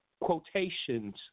quotations